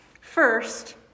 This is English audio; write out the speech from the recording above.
First